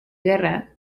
guerra